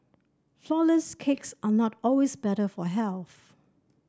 flourless cakes are not always better for health